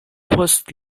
post